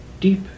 deep